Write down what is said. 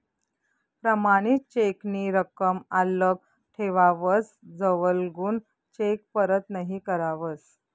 प्रमाणित चेक नी रकम आल्लक ठेवावस जवलगून चेक परत नहीं करावस